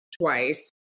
twice